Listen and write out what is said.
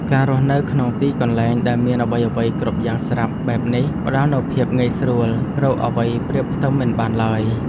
ការរស់នៅក្នុងទីកន្លែងដែលមានអ្វីៗគ្រប់យ៉ាងស្រាប់បែបនេះផ្តល់នូវភាពងាយស្រួលរកអ្វីប្រៀបផ្ទឹមមិនបានឡើយ។